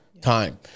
time